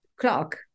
clock